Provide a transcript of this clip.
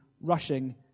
rushing